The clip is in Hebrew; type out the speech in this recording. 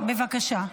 בבקשה.